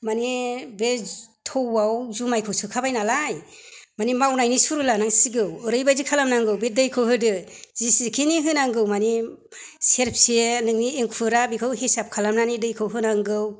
माने बे थौआव जुमायखौ सोखाबाय नालाय माने मावनायनि सुरु लानांसिगौ ओरैबायदि खालामनांगौ बे दैखौ होदो जेसेखिनि होनांगौ माने सेरबेसे नोंनि एंखुरा बेखौ हिसाब खालामनानै दैखौ होनांगौ